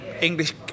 English